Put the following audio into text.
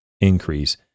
increase